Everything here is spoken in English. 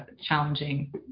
challenging